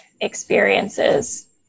experiences